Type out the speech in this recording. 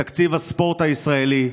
בתקציב הספורט הישראלי.